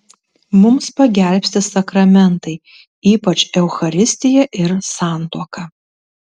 mums pagelbsti sakramentai ypač eucharistija ir santuoka